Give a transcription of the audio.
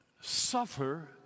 suffer